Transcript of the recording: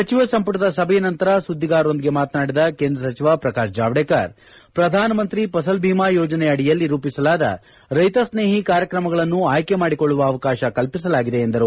ಸಚಿವ ಸಂಪುಟದ ಸಭೆಯ ನಂತರ ಸುದ್ದಿಗಾರರೊಂದಿಗೆ ಮಾತನಾಡಿದ ಕೇಂದ್ರ ಸಚಿವ ಪ್ರಕಾಶ್ ಜಾವಡೇಕರ್ ಪ್ರಧಾನ ಮಂತ್ರಿ ಫಸಲ್ ಬಿಮಾ ಯೋಜನಾ ಅಡಿಯಲ್ಲಿ ರೂಪಿಸಲಾದ ರೈತ ಸ್ನೇಹಿ ಕಾರ್ಯಕ್ರಮಗಳನ್ನು ಆಯ್ಕೆ ಮಾಡಿಕೊಳ್ಳುವ ಅವಕಾಶ ಕಲ್ಪಿಸಲಾಗಿದೆ ಎಂದರು